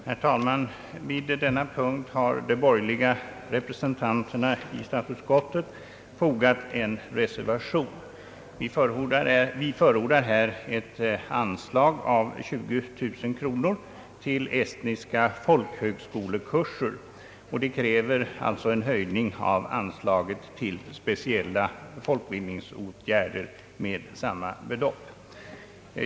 Herr talman! Till denna punkt har de borgerliga reservanterna i statsutskottet fogat en reservation. Vi förordar där ett anslag till estniska folkhögskolekurser på 20000 kronor, vilket kräver en höjning av bidraget till speciella folkbildningsåtgärder med samma belopp.